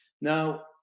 Now